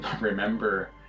remember